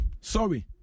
sorry